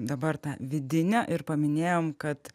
dabar tą vidinę ir paminėjom kad